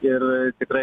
ir tikrai